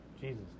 Jesus